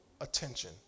attention